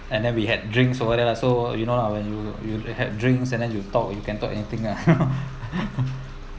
and then we had drinks over there so you know lah when you you have drinks and then you talk you can talk anything lah